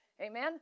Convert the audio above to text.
Amen